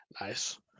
Nice